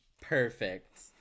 perfect